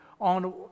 on